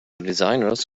designers